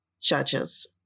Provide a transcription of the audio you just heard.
judges